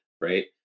right